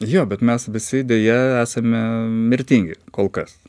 jo bet mes visi deja esame mirtingi kol kas